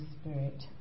spirit